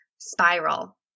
spiral